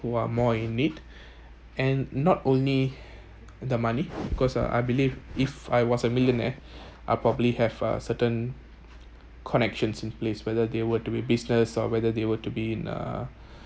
who are more in need and not only the money because I I believe if I was a millionaire I'd probably have a certain connections in place whether they were doing business or whether they were to be in uh